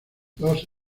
los